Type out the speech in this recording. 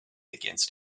against